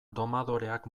domadoreak